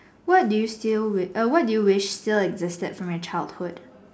what do you feel what do you wish still existed from your childhood